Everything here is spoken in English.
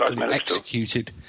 executed